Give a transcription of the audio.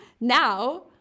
Now